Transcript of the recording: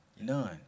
None